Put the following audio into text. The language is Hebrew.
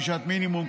ענישת מינימום,